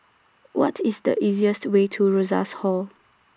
What IS The easiest Way to Rosas Hall